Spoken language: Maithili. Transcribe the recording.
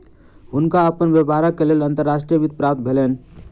हुनका अपन व्यापारक लेल अंतर्राष्ट्रीय वित्त प्राप्त भेलैन